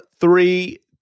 three